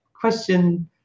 Question